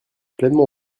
pleinement